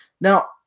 Now